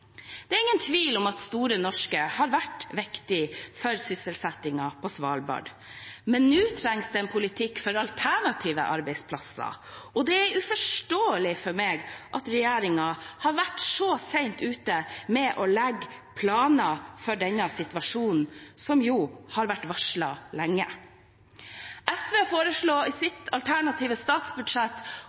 Det er ingen tvil om at Store Norske har vært viktig for sysselsettingen på Svalbard. Men nå trengs det en politikk for alternative arbeidsplasser, og det er uforståelig for meg at regjeringen har vært så sent ute med å legge planer for denne situasjonen, som jo har vært varslet lenge. SV foreslår i sitt alternative statsbudsjett